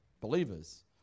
believers